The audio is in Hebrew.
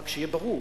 רק שיהיה ברור,